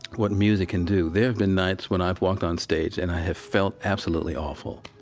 what music can do. there have been nights when i've walked on stage and i have felt absolutely awful,